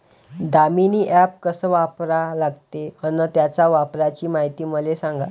Damini app कस वापरा लागते? अन त्याच्या वापराची मायती मले सांगा